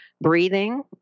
breathing